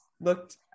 looked